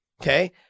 okay